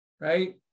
right